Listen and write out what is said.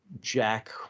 Jack